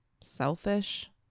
selfish